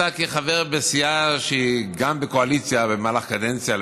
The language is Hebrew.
אתה חבר בסיעה שהייתה בקואליציה במהלך קדנציה,